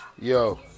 yo